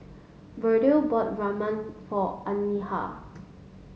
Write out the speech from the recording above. Verdell bought Rajma for Anahi